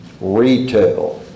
retail